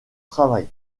travail